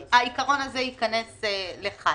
העיקרון הזה ייכנס לכאן.